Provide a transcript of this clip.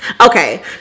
okay